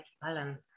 balance